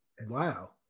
Wow